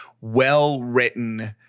well-written